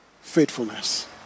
faithfulness